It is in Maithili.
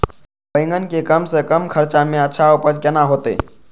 बेंगन के कम से कम खर्चा में अच्छा उपज केना होते?